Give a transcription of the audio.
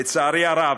לצערי הרב,